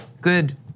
good